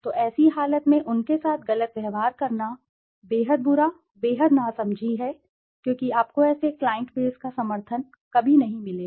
तो ऐसी हालत में उनके साथ गलत व्यवहार करना बेहद बुरा बेहद नासमझी है क्योंकि आपको ऐसे क्लाइंट बेस का समर्थन कभी नहीं मिलेगा